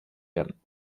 werden